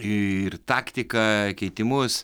iiir taktiką keitimus